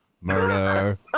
Murder